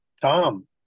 tom